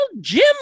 Jim